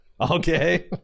Okay